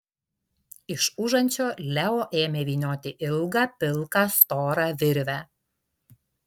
iš užančio leo ėmė vynioti ilgą pilką storą virvę